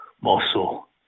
muscle